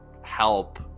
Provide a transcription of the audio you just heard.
help